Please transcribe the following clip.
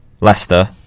Leicester